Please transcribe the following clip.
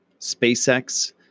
SpaceX